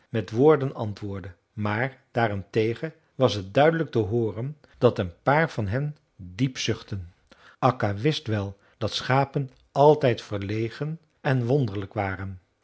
met woorden antwoordde maar daarentegen was het duidelijk te hooren dat een paar van hen diep zuchtten akka wist wel dat schapen altijd verlegen en wonderlijk waren